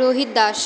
Rohit Das